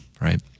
right